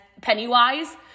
Pennywise